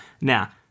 Now